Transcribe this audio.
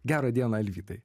gerą dieną alvydai